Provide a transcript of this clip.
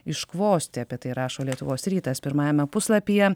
iškvosti apie tai rašo lietuvos rytas pirmajame puslapyje